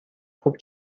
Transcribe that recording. خوب